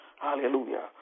Hallelujah